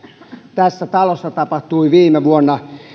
tässä talossa tapahtui viime vuonna